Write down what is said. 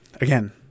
Again